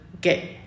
get